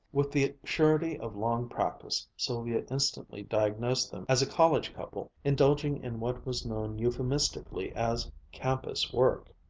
with the surety of long practice sylvia instantly diagnosed them as a college couple indulging in what was known euphemistically as campus work,